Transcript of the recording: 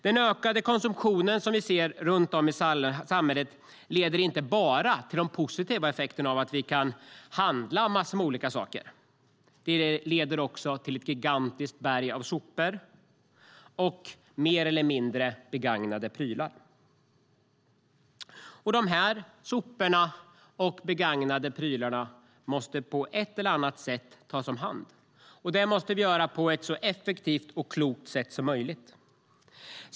Den ökade konsumtion som vi ser runt om i samhället ger inte bara den positiva effekten att vi kan handla en massa olika saker. Den leder också till ett gigantiskt berg av sopor och mer eller mindre begagnade prylar. Det här måste på ett eller annat sätt tas om hand, och det måste vi göra på ett så effektivt och klokt sätt som möjligt.